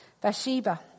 Bathsheba